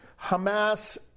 Hamas